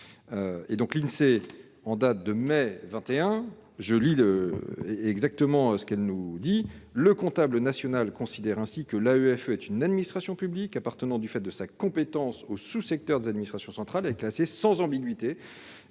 et donc l'Insee en date de mai 21 je lis il est exactement ce qu'elle nous dit le comptable national considère ainsi que la UEFA est une administration publique appartenant du fait de sa compétence au sous-secteur des administrations centrales et classé sans ambiguïté